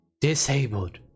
disabled